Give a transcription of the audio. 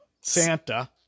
Santa